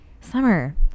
summer